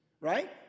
Right